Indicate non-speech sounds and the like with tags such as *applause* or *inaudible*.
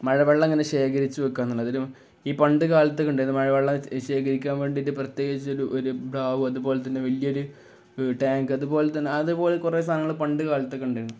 മഴവെള്ളമങ്ങനെ ശേഖരിച്ചുവയ്ക്കുക എന്നുള്ള അതിലും ഈ പണ്ടുകാലത്തൊക്കെ ഉണ്ടായിരുന്നു മഴ വെള്ളം ശേഖരിക്കാൻ വേണ്ടിയിട്ട് പ്രത്യേകിച്ച് ഒരു *unintelligible* അതുപോലെ തന്നെ വലിയൊരു ടാങ്ക് അതുപോലെ തന്നെ അതുപോലെ കുറേ സാധനങ്ങള് പണ്ടുകാലത്തൊക്കെ ഉണ്ടായിരുന്നു